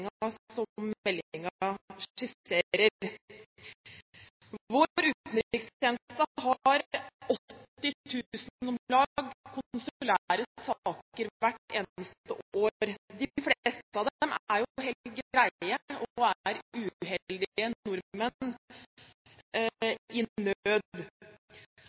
skisserer. Vår utenrikstjeneste har om lag 80 000 konsulære saker hvert eneste år. De fleste av dem er helt greie, og gjelder uheldige nordmenn i